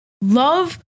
love